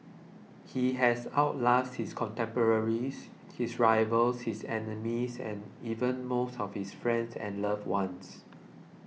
he has out lasted his contemporaries his rivals his enemies and even most of his friends and loved ones